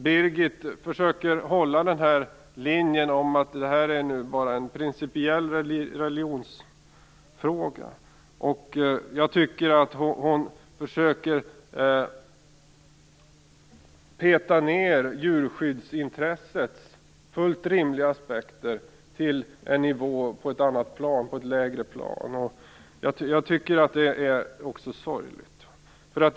Hon försöker hålla linjen att det bara är en principiell religionsfråga, men jag menar att hon försöker peta ned djurskyddsintressets fullt rimliga aspekter till ett lägre plan. Det är sorgligt.